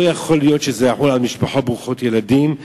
לא יכול להיות שזה יבוא על משפחות מרובות ילדים.